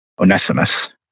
Onesimus